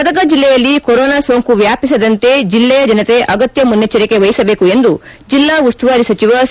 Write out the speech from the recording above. ಗದಗ ಜಿಲ್ಲೆಯಲ್ಲಿ ಕೊರೊನಾ ಸೋಂಕು ವ್ಯಾಪಿಸದಂತೆ ಜಿಲ್ಲೆಯ ಜನತೆ ಅಗತ್ತ ಮುನ್ನೆಟ್ಟರಿಕೆ ವಹಿಸಬೇಕು ಎಂದು ಜಿಲ್ಲಾ ಉಸ್ತುವಾರಿ ಸಚಿವ ಸಿ